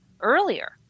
earlier